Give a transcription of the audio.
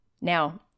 Now